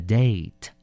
date